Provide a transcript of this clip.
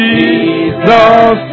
Jesus